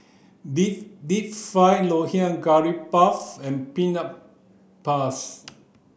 deep deep fried ngoh hiang curry puff and peanut